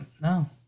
no